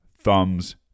thumbs